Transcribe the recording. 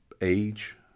age